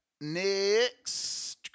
next